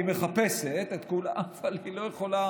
היא מחפשת, אבל היא לא יכולה